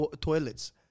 toilets